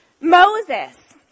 Moses